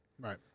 Right